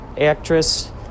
actress